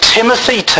Timothy